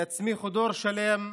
יצמיחו דור שלם,